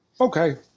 Okay